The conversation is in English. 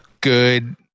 good